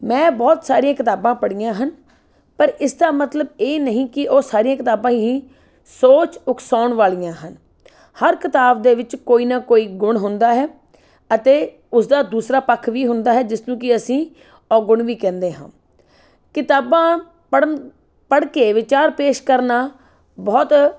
ਮੈਂ ਬਹੁਤ ਸਾਰੀਆਂ ਕਿਤਾਬਾਂ ਪੜ੍ਹੀਆਂ ਹਨ ਪਰ ਇਸ ਦਾ ਮਤਲਬ ਇਹ ਨਹੀਂ ਕਿ ਉਹ ਸਾਰੀਆਂ ਕਿਤਾਬਾਂ ਹੀ ਸੋਚ ਉਕਸਾਉਣ ਵਾਲੀਆਂ ਹਨ ਹਰ ਕਿਤਾਬ ਦੇ ਵਿੱਚ ਕੋਈ ਨਾ ਕੋਈ ਗੁਣ ਹੁੰਦਾ ਹੈ ਅਤੇ ਉਸਦਾ ਦੂਸਰਾ ਪੱਖ ਵੀ ਹੁੰਦਾ ਹੈ ਜਿਸ ਨੂੰ ਕਿ ਅਸੀਂ ਔਗੁਣ ਵੀ ਕਹਿੰਦੇ ਹਾਂ ਕਿਤਾਬਾਂ ਪੜ੍ਹਨ ਪੜ੍ਹ ਕੇ ਵਿਚਾਰ ਪੇਸ਼ ਕਰਨਾ ਬਹੁਤ